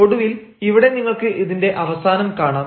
ഒടുവിൽ ഇവിടെ നിങ്ങൾക്ക് ഇതിന്റെ അവസാനം കാണാം